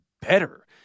better